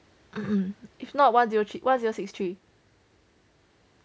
if not one zero one zero six three